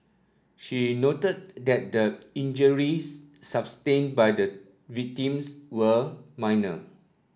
she noted that the injuries sustained by the victims were minor